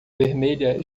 vermelha